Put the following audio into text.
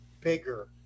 bigger